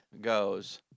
goes